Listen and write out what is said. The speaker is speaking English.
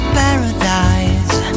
paradise